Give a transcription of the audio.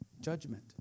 judgment